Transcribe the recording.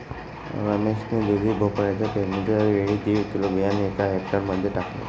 रमेश ने दुधी भोपळ्याच्या पेरणीच्या वेळी दीड किलो बियाणे एका हेक्टर मध्ये टाकले